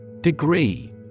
Degree